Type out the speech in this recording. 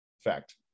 Fact